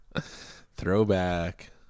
Throwback